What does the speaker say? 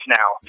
now